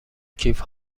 کیف